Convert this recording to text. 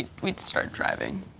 we start driving.